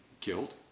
killed